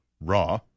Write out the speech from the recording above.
Raw